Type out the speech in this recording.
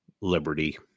liberty